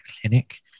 clinic